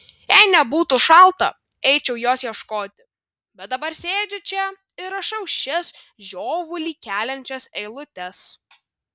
jei nebūtų šalta eičiau jos ieškoti bet dabar sėdžiu čia ir rašau šias žiovulį keliančias eilutes